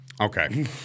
Okay